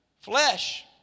Flesh